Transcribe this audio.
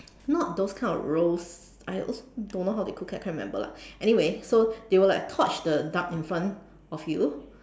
not those kind of roast I also don't know how they cook it I can't remember lah anyway so like they will torch the duck in front of you